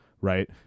right